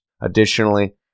Additionally